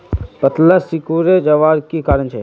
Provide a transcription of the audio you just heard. पत्ताला सिकुरे जवार की कारण छे?